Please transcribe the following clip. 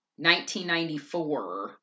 1994